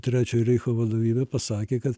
trečiojo reicho vadovybė pasakė kad